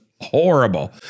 horrible